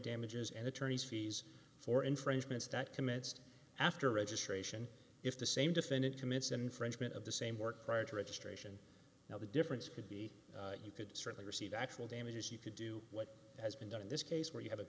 damages and attorneys fees for infringements that commenced after registration if the same defendant commits an infringement of the same work prior to registration now the difference could be you could certainly receive actual damages you could do what has been done in this case where you have a